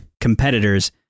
competitors